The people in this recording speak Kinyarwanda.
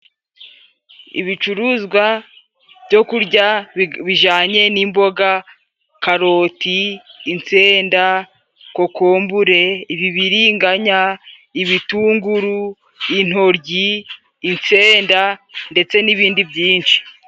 Ibicuruzwa byo kurya bijanye: n'imboga karoti, insenda, kokombure, ibibiriganya, ibitunguru, intoryi, insenda ndetse n'ibindi byinshi.